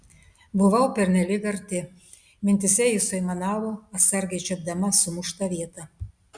buvau pernelyg arti mintyse ji suaimanavo atsargiai čiuopdama sumuštą vietą